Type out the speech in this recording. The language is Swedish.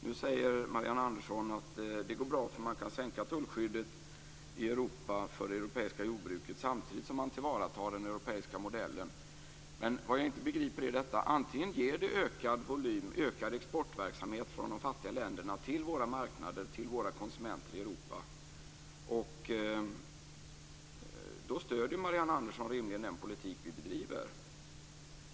Nu säger Marianne Andersson att det går bra, för man kan sänka tullskyddet i Europa för det europeiska jordbruket samtidigt som man tillvaratar den europeiska modellen. Men vad jag inte begriper är detta: Antingen vill Marianne Andersson att det blir ökad volym, ökad exportverksamhet från de fattiga länderna till våra marknader, våra konsumenter i Europa, och då stöder hon rimligen den politik vi bedriver.